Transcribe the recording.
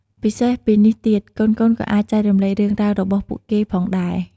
ពិសេសពីនេះទៀត កូនៗក៏អាចចែករំលែករឿងរ៉ាវរបស់ពួកគេផងដែរ។